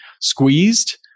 squeezed